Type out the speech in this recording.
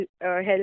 health